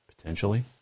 Potentially